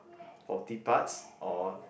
faulty parts or